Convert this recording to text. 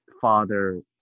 father